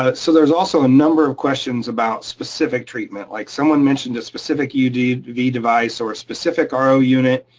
ah so there's also a number of questions about specific treatment. like someone mentioned a specific uv uv device or a specific um ro unit.